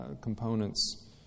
components